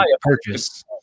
purchase